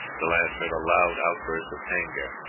the lads heard a loud outburst of anger,